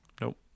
Nope